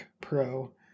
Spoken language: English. Pro